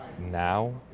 now